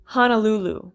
Honolulu